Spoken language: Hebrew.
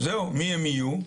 מי הם יהיו?